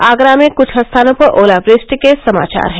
आगरा में कुछ स्थानों पर ओलावृष्टिट के समाचार हैं